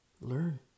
Learn